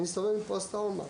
אני מסתובב עם פוסט טראומה.